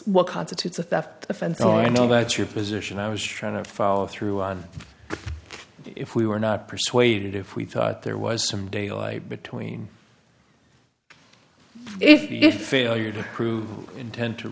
what constitutes a theft offense so i know that's your position i was trying to follow through on if we were not persuaded if we thought there was some daylight between if failure to prove intent to